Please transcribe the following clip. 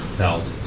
felt